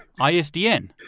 ISDN